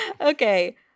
Okay